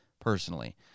personally